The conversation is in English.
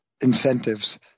incentives